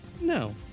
No